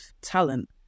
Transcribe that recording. talent